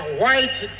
white